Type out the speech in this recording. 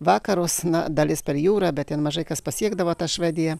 vakarus na dalis per jūrą bet ten mažai kas pasiekdavo tą švediją